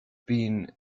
been